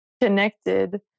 connected